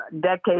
decades